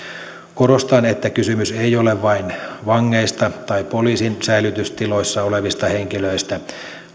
korostan että kysymys ei ole vain vangeista tai poliisin säilytystiloissa olevista henkilöistä